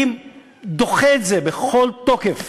אני דוחה את זה בכל תוקף.